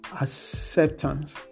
acceptance